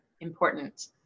important